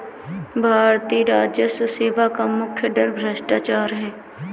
भारतीय राजस्व सेवा का मुख्य डर भ्रष्टाचार है